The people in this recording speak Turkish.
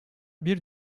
bir